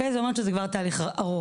זאת אומרת שזה כבר תהליך ארוך.